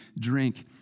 drink